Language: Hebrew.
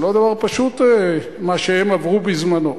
זה לא דבר פשוט, מה שהם עברו בזמנו.